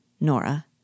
Nora